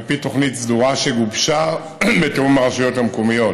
על פי תוכנית סדורה שגובשה בתיאום עם הרשויות המקומיות,